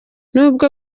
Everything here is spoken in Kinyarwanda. nubwo